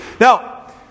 Now